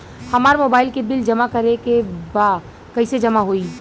हमार मोबाइल के बिल जमा करे बा कैसे जमा होई?